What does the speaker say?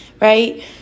right